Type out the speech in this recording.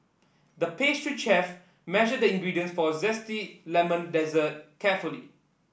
the pastry chef measured the ingredients for a zesty lemon dessert carefully